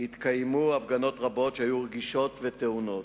התקיימו הפגנות רבות שהיו רגישות וטעונות,